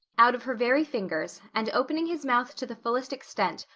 out of her very fingers and, opening his mouth to the fullest extent,